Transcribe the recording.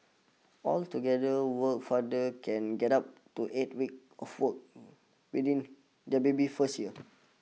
altogether work father can get up to eight weeks off work within their baby's first year